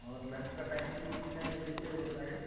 और लंच का टाइमिंग कितने बजे से होता है